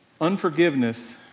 unforgiveness